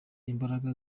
imbaraga